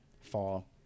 fall